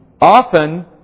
often